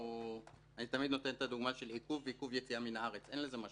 אני תמיד מביא את הדוגמה של עיכוב יציאה מן הארץ,